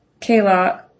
Kayla